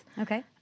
Okay